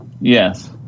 Yes